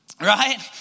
right